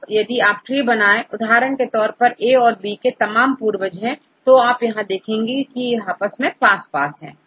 जब यदि आप ट्री बनाएं उदाहरण के तौर पर A औरB के तमाम पूर्वज है तो आप यहां देखेंगे कि यह आपस में पास पास है